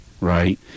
right